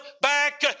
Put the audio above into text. back